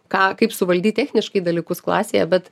ką kaip suvaldyt techniškai dalykus klasėje bet